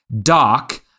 Doc